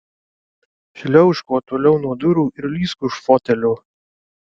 šliaužk kuo toliau nuo durų ir lįsk už fotelio